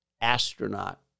astronaut